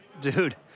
Dude